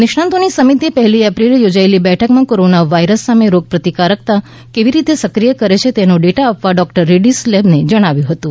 નિષ્ણાતોની સમિતિએ પહેલી એપ્રિલે યોજેલી બેઠકમાં કોરોના વાયરસ સામે રોગપ્રતિકારતા કેવી રીતે સક્રિય કરે છે તેનો ડેટા આપવા ડોક્ટર રેડ્ડીઝ લેબને જણાવ્યું હતું